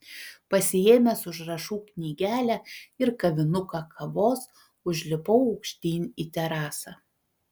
pasiėmęs užrašų knygelę ir kavinuką kavos užlipau aukštyn į terasą